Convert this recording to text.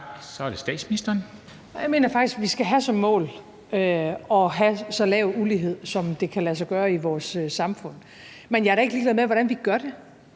(Mette Frederiksen): Jeg mener faktisk, vi skal have som mål at have så lav ulighed, som det kan lade sig gøre i vores samfund, men jeg er da ikke ligeglad med, hvordan vi gør det.